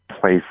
place